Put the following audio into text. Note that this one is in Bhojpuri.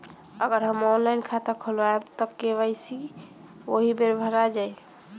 अगर हम ऑनलाइन खाता खोलबायेम त के.वाइ.सी ओहि बेर हो जाई